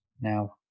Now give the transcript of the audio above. Now